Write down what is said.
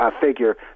figure